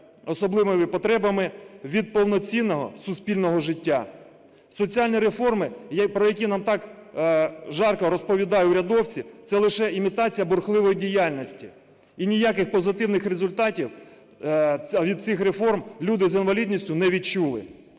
особливими потребами, від повноцінного суспільного життя. Соціальні реформи, про які нам так жарко розповідають урядовці, це лише імітація бурхливої діяльності. І ніяких позитивних результатів від цих реформ люди з інвалідністю не відчули